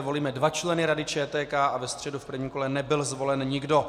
Volíme dva členy Rady ČTK a ve středu v prvním kole nebyl zvolen nikdo.